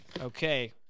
Okay